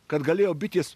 kad galėjo bitės